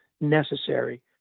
necessary